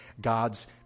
God's